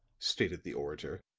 stated the orator,